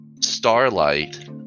starlight